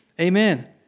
Amen